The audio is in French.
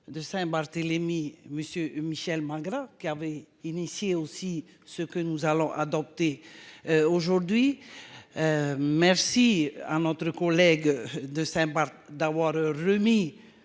De Saint-Barthélemy, monsieur Michel Magras qui avait initié aussi ce que nous allons adopter. Aujourd'hui. Merci à notre collègue de savoir d'avoir remis